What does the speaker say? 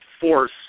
force